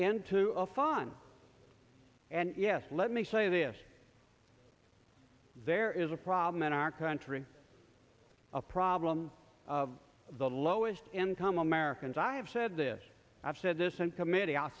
into a fun and yes let me say this there is a problem in our country a problem of the lowest income americans i've said this i've said this and committee i